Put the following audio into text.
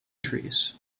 trees